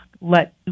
let